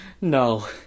no